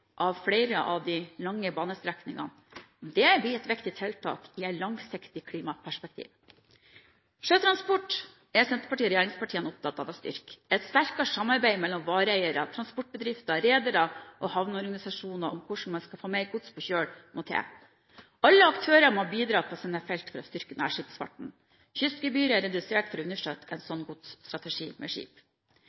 av flere av de lange banestrekningene. Det blir et viktig tiltak i et langsiktig klimaperspektiv. Sjøtransport er Senterpartiet og regjeringspartiene opptatt av å styrke. Et sterkere samarbeid mellom vareeiere, transportbedrifter, redere og havneorganisasjoner om hvordan man skal få mer gods på kjøl, må til. Alle aktører må bidra på sine felt for å styrke nærskipsfarten. Kystgebyret er redusert for å understøtte en slik godsstrategi med skip.